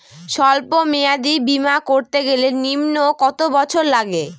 সল্প মেয়াদী বীমা করতে গেলে নিম্ন কত বছর লাগে?